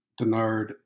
Denard